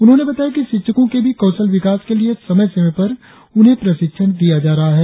उन्होंने बताया कि शिक्षको के भी कौशल विकास के लिए समय समय पर उन्हें प्रशिक्षण दिया जा रहा है